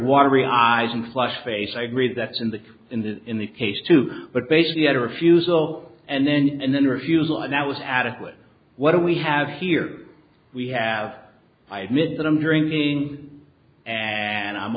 watery eyes and flushed face i agree that's in the in the in the case too but basically had a refusal and then and then refusal and that was adequate what do we have here we have i admit that i'm drinking and i'm